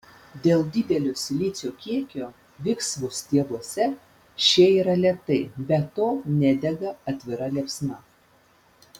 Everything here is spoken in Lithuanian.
dėl didelio silicio kiekio viksvų stiebuose šie yra lėtai be to nedega atvira liepsna